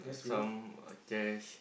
uh some uh cash